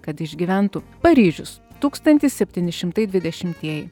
kad išgyventų paryžius tūkstantis septyni šimtai dvidešimtieji